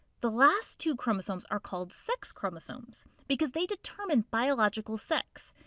the last two chromosomes are called sex chromosomes because they determine biological sex.